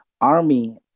army